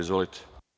Izvolite.